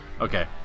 Okay